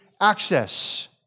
access